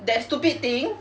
that stupid thing